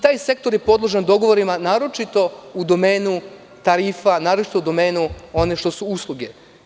Taj sektor je podložan dogovorima naročito u domenu tarifa, u domenu onoga što su usluge.